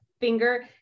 finger